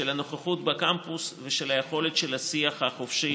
של הנוכחות בקמפוס ושל היכולת של השיח החופשי